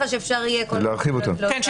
כן,